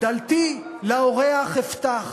דלתי לארח אפתח".